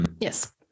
Yes